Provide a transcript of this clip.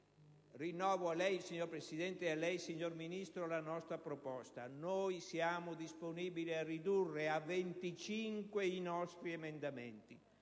Rinnovo a lei, signor Presidente, e al Ministro la nostra proposta: siamo disponibili a ridurre a 25 i nostri emendamenti;